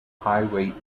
highway